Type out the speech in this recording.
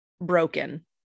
broken